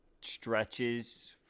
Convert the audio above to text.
stretches